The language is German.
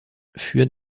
für